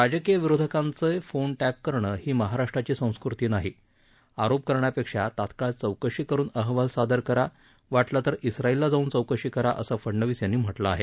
राजकीय विरोधकांचे phone tap करणं ही महाराष्ट्राची संस्कृती नाही आरोप करण्यापेक्षा तात्काळ चौकशी करुन अहवाल सादर करा वाटलं तर ञाईलला जाऊन चौकशी करा असं फडनवीस यांनी म्हटलं आहे